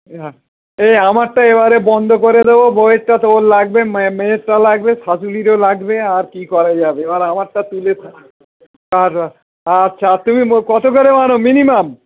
হ্যাঁ এ আমারটা এবারে বন্ধ করে দেবো বউয়েরটা তো ওর লাগবে মে মেয়েরটা লাগবে শাশুড়িরও লাগবে আর কী করা যাবে এবার আমারটা তুলে আর আচ্ছা আর তুমি নাও কতো করে মারো মিনিমাম